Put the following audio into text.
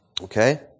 Okay